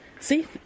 See